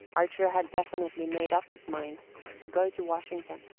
archer had definitely made up his mind to go to washington.